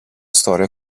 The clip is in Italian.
storia